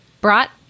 brought